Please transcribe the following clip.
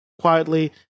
quietly